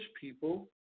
people